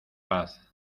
paz